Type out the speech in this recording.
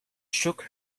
shook